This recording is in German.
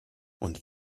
und